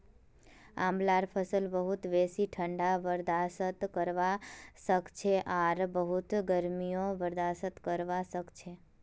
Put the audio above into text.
आंवलार फसल बहुत बेसी ठंडा बर्दाश्त करवा सखछे आर बहुत गर्मीयों बर्दाश्त करवा सखछे